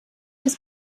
des